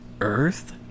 Earth